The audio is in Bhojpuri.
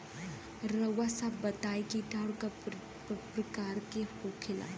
रउआ सभ बताई किटाणु क प्रकार के होखेला?